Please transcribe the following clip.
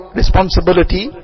responsibility